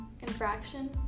Infraction